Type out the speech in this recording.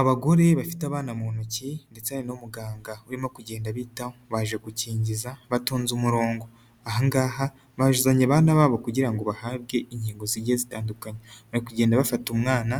Abagore bafite abana mu ntoki ndetse hari n'umuganga urimo kugenda bitaho. Baje gukingiza batonze umurongo. Aha ngaha bazanye abana babo kugira ngo bahabwe inkingo zigiye zitandukanye. Bari kugenda bafata umwana,